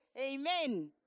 Amen